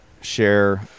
share